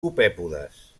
copèpodes